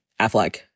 Affleck